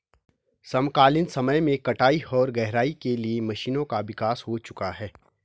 समकालीन समय में कटाई और गहराई के लिए मशीनों का विकास हो चुका है